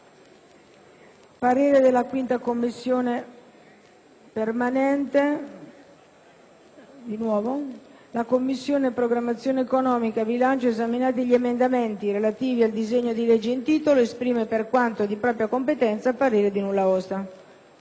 parere di nulla osta». «La Commissione programmazione economica, bilancio, esaminati gli emendamenti relativi al disegno di legge in titolo, esprime, per quanto di propria competenza, parere di nulla osta».